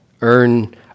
Earn